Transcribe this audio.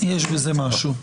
יש בזה משהו.